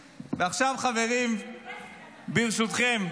ועכשיו, חברים, ברשותכם,